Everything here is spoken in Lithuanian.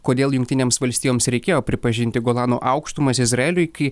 kodėl jungtinėms valstijoms reikėjo pripažinti golano aukštumas izraeliui kai